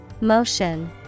Motion